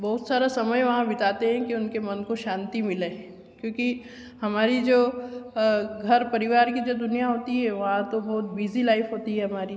बहुत सारा समय वहाँ बिताते हैं कि उनके मन को शांति मिले क्योंकि हमारी जो घर परिवार की जो दुनिया होती है वहाँ तो बहुत बिज़ी लाइफ़ होती है हमारी